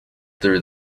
through